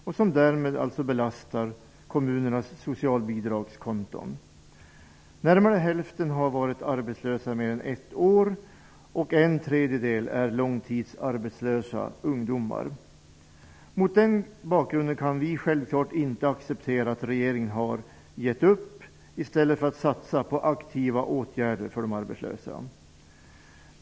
De belastar därmed kommunernas socialbidragskonton. Närmare hälften har varit arbetslösa i mer än ett år och en tredjedel är långtidsarbetslösa ungdomar. Mot den bakgrunden kan vi självfallet inte acceptera att regeringen har gett upp i stället för att satsa på aktiva åtgärder för de arbetslösa.